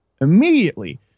immediately